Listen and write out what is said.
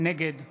נגד